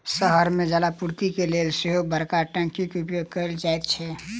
शहर मे जलापूर्तिक लेल सेहो बड़का टंकीक उपयोग कयल जाइत छै